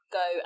go